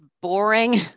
boring